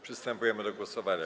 Przystępujemy do głosowania.